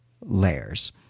layers